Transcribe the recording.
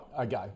okay